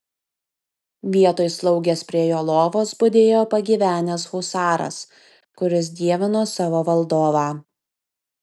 vietoj slaugės prie jo lovos budėjo pagyvenęs husaras kuris dievino savo valdovą